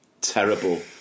terrible